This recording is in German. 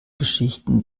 geschichten